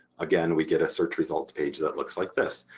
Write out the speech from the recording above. again we get a search results page that looks like this.